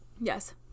yes